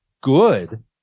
good